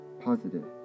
positive